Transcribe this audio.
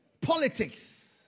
Politics